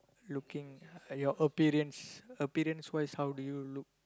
looking at your appearance appearance wise how do you look